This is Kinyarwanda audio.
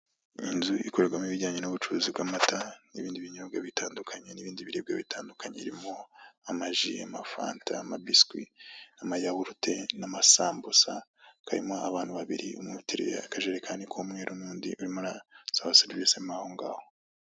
Iyi nzu ikorwamo ibijyanye n'ubucuruzi bw'amata n'ibindi binyobwa bitandukanye, n'ibindi biribwa bitandukanye, birimo amaji, amafanta, amabiswi amayawurute n'amasambusa, hakaba harimo abantu babiri, umwe uteruye akajerikani kumweru n'undi urimo arasaba serivisi mo aho ngaho.